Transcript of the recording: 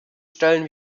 stellen